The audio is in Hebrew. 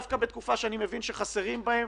הולכת לחתום היום